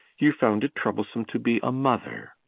you found it troublesome to be a mother,